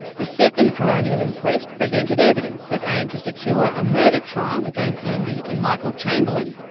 the second coronial inquest presented evidence that aimed to secure a murder trial against lindy and michael chamberlain.